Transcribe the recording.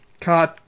card